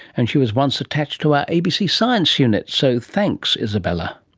and she was once attached to our abc science unit. so thanks, isabella